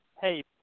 hey